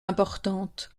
importante